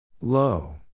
Low